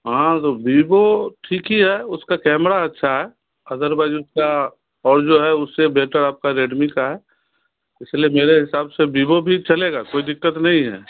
हाँ तो विवो ठीक ही है उसका कैमरा अच्छा है अदरवाइज़ उसका और जो है उससे बेहतर आपका रेडमी का है इस लिए मेरे हिसाब से विवो भी चलेगा कोई दिक्कत नहीं है